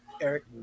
Eric